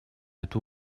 эту